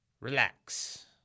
Relax